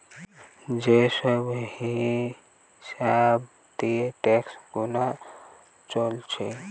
যে সব হিসাব দিয়ে ট্যাক্স গুনা চলছে